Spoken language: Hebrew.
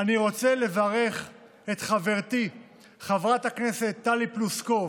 אני רוצה לברך את חברתי חברת הכנסת טלי פלוסקוב,